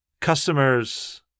customers